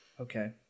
Okay